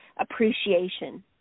Appreciation